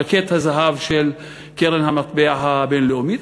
ז'קט הזהב של קרן המטבע הבין-לאומית.